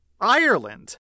Ireland